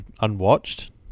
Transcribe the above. unwatched